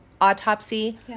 autopsy